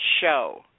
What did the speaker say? show